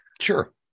Sure